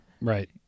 Right